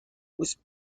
was